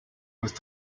with